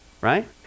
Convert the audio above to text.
Right